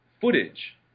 footage